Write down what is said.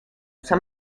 some